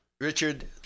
Richard